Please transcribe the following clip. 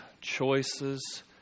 choices